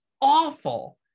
awful